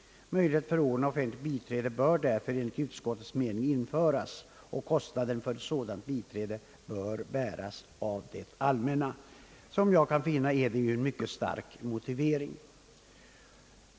Möjlighet att förordna offentligt biträde bör därför enligt utskottets mening införas. Kostnaden för sådant biträde bör bäras av det allmänna.» Detta är såvitt jag kan finna en mycket stark motivering.